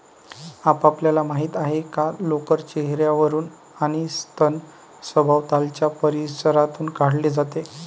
आपल्याला माहित आहे का लोकर चेहर्यावरून आणि स्तन सभोवतालच्या परिसरातून काढले जाते